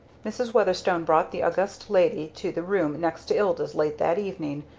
mrs. weatherstone brought the august lady to the room next to ilda's late that evening,